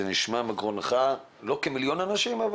זה נשמע מגרונך כאלפי אנשים.